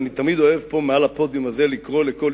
ואני תמיד אוהב פה מעל הפודיום הזה לקרוא לכל